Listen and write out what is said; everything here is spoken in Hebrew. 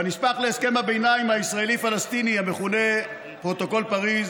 בנספח להסכם הביניים הישראלי-פלסטיני המכונה פרוטוקול פריז